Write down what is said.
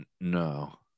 No